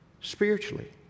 spiritually